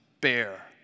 bear